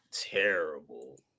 terrible